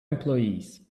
employees